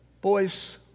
boys